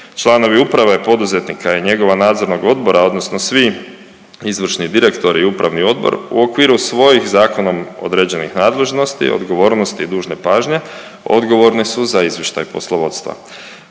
Članovi uprave, poduzetnika i njegova nadzornog odbora, odnosno svi izvršni direktori i upravni odbor, u okviru svojih zakonom određenih nadležnosti, odgovornosti i dužne pažnje, odgovorni su za izvještaj poslovodstva.